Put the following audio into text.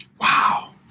Wow